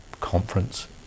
conference